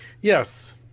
Yes